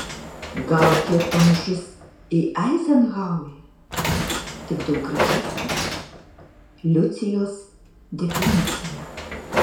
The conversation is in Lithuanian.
gal kiek panašus į eizenhauerį tik daug gražesnis liucijos definicija